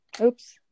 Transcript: Oops